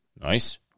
Nice